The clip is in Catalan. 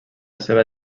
seva